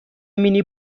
مینی